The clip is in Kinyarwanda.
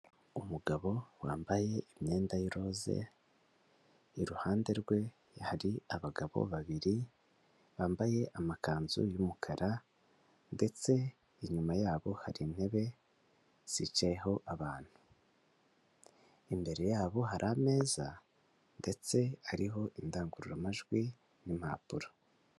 Umugabo wambaye imyenda y'iroze, iruhande rwe hari abagabo babiri bambaye amakanzu y'umukara ndetse inyuma yabo hari intebe zicayeho abantu. Imbere yabo hari ameza ndetse hariho indangururamajwi n'impapuro.